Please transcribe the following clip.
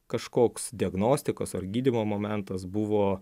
kažkoks diagnostikos ar gydymo momentas buvo